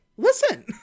Listen